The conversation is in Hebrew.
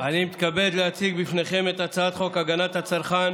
אני מתכבד להציג בפניכם את הצעת חוק הגנת הצרכן